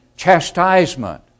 chastisement